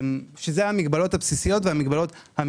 הוא ההגנות המתקדמות.